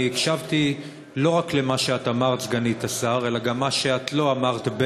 אני הקשבתי לא רק למה שאת אומרת,